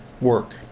work